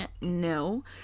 no